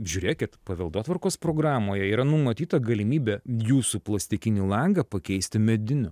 žiūrėkit paveldotvarkos programoje yra numatyta galimybė jūsų plastikinį langą pakeisti mediniu